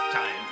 Time